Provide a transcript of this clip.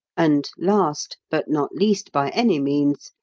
and last, but not least by any means,